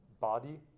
body